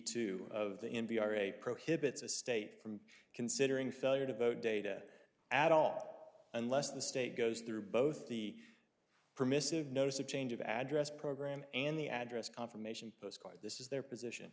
two of the n p r a prohibits a state from considering failure to vote data at all unless the state goes through both the permissive notice a change of address program and the address confirmation postcard this is their position